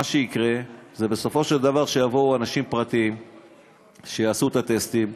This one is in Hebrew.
מה שיקרה זה שבסופו של דבר יבואו אנשים פרטיים שיעשו את הטסטים,